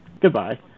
Goodbye